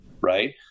right